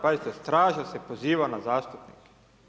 Pazite, straža se poziva na zastupnike.